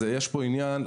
יש פה עניין,